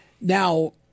now